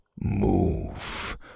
move